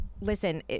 listen